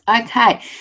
Okay